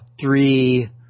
three